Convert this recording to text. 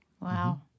Wow